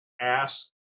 ask